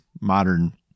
modern